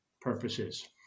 purposes